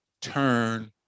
turn